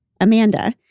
Amanda